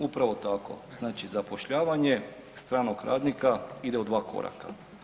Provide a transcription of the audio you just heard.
Upravo tako, znači zapošljavanje stranog radnika ide u dva koraka.